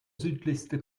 südlichste